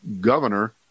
governor